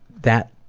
that